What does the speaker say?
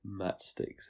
matchsticks